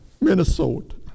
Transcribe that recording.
Minnesota